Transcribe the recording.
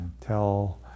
tell